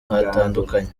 hatandukanye